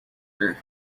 her